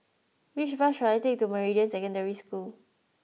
which bus should I take to Meridian Secondary School